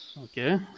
Okay